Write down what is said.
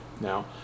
Now